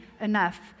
enough